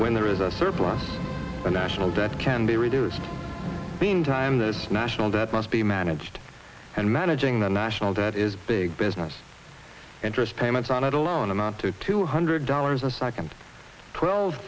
when there is a surplus the national debt can be reduced meantime the national debt must be managed and managing the national debt is big business interest payments on it alone amount to two hundred dollars a second twelve